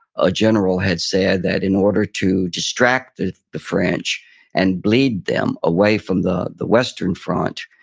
a general had said that in order to extract the the french and bleed them away from the the western front,